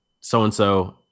so-and-so